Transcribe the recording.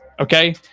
Okay